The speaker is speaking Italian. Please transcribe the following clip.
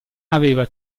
aveva